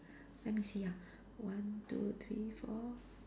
let me see ah one two three four